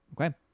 okay